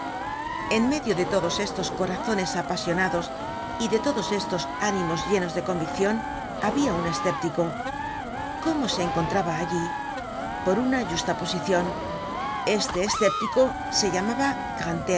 en medio de todos estos corazones apasionados y de todos estos ánimos llenos de conviccion habia un escéptico cómo se encontraba allí por una justaposicion este escéptico se llamaba